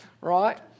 right